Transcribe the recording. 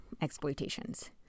exploitations